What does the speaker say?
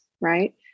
right